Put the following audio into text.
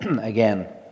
again